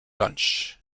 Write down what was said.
lunch